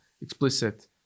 explicit